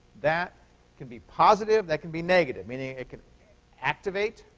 that can be positive. that can be negative, meaning it can activate,